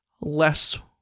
less